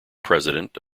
president